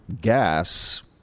gas